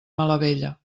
malavella